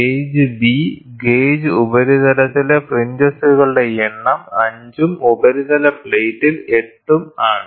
gauge B gauge ഉപരിതലത്തിലെ ഫ്രിഞ്ചസുകളുടെ എണ്ണം 5 ഉം ഉപരിതല പ്ലേറ്റിൽ 8 ഉം ആണ്